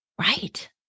Right